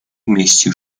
mieścił